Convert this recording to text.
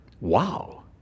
Wow